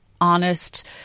honest